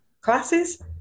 classes